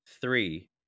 Three